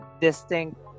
distinct